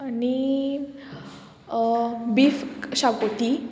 आनी बीफ शाकोती